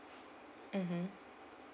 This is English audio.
mmhmm